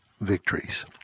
victories